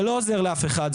זה לא עוזר לאף אחד,